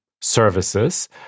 services